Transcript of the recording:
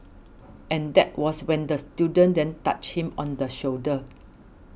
and that was when the student then touched him on the shoulder